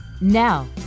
Now